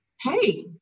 hey